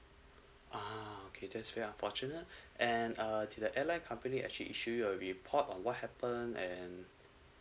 uh okay that's very unfortunate and err did the airline company actually issue your report on what happen and